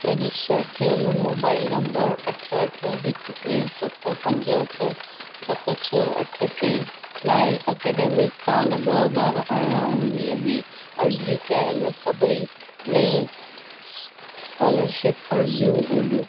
register थियलु mobile number अठ अठ हिकु टे सत पंज अठ सत छह अठ टे लाइ एकेडेमिक सालु ॿ हज़ार अरिड़हं उणिवीह में अर्ज़ी कयलु सभई नईं स्कॉलरशिप अर्ज़ियूं ॻोल्हियो